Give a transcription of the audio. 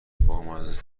بامزه